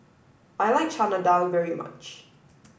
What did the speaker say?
I like Chana Dal very much